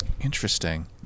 Interesting